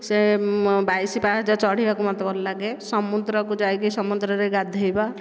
ସେ ବାଇଶି ପାହାଚ ଚଢ଼ିବାକୁ ମୋତେ ଭଲ ଲାଗେ ସମୁଦ୍ରକୁ ଯାଇକି ସମୁଦ୍ରରେ ରେ ଗାଧୋଇବା